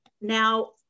Now